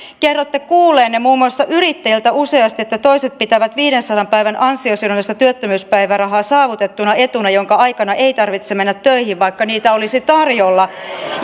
kerroitte kuulleenne muun muassa yrittäjiltä useasti että toiset pitävät viidensadan päivän ansiosidonnaista työttömyyspäivärahaa saavutettuna etuna jonka aikana ei tarvitse mennä töihin vaikka niitä olisi tarjolla